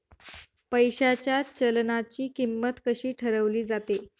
पैशाच्या चलनाची किंमत कशी ठरवली जाते